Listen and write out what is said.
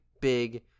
big